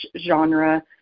genre